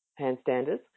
handstanders